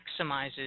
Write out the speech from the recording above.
maximizes